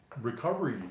recovery